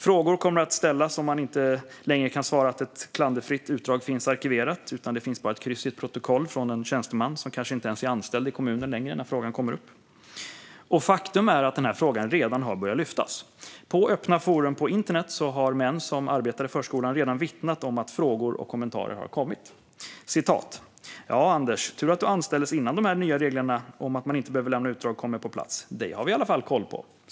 Frågor kommer att ställas, och man kan inte längre svara att ett klanderfritt utdrag finns arkiverat, utan det finns bara ett kryss i ett protokoll från en tjänsteman som kanske inte ens är anställd i kommunen längre när frågan kommer upp. Faktum är att frågan redan har börjat lyftas. På öppna forum på internet har män som arbetar i förskolan redan vittnat om att frågor och kommentarer har kommit, exempelvis: Ja, Anders, tur att du anställdes innan de här nya reglerna om att man inte behöver lämna utdrag kommer på plats - dig har vi ju i alla fall koll på!